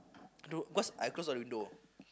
th~ cause I close all the window